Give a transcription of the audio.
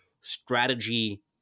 strategy